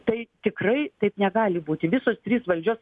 tai tikrai taip negali būti visos trys valdžios